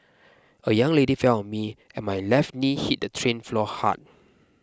a young lady fell on me and my left knee hit the train floor hard